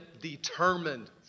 determined